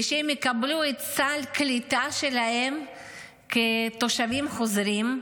ושהם יקבלו את סל הקליטה שלהם כתושבים חוזרים.